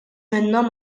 minnhom